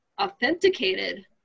authenticated